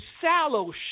sallow